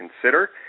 consider